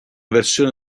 versione